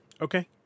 Okay